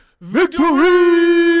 VICTORY